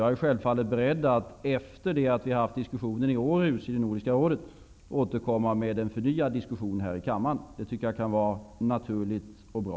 Jag är självfallet beredd att efter det att vi har haft diskussionen vid Nordiska rådets session i Århus återkomma till en förnyad diskussion här i kammaren. Jag tycker att det kan vara naturligt och bra.